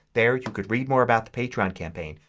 there you can read more about the patreon campaign.